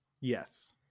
Yes